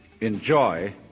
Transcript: enjoy